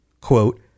quote